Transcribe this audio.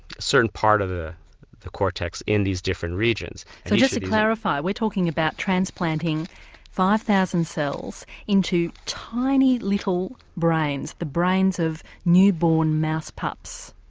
certain part of the the cortex in these different regions. so just to clarify, we are talking about transplanting five thousand cells into tiny little brains, the brains of newborn mouse pups?